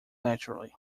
naturally